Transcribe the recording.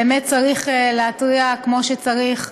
באמת צריך להתריע כמו שצריך,